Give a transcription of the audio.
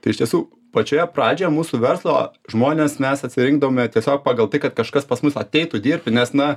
tai iš tiesų pačioje pradžioje mūsų verslo žmones mes atsirinkdavome tiesiog pagal tai kad kažkas pas mus ateitų dirbti nes na